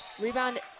Rebound